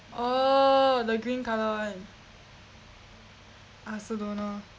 oh the green colour one I also don't know